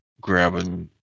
grabbing